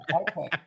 Okay